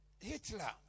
Hitler